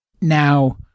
Now-